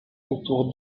autour